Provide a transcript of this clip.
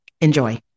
Enjoy